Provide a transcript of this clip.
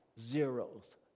zeros